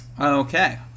okay